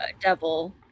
devil